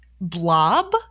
blob